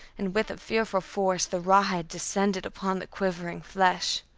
and with fearful force the rawhide descended upon the quivering flesh.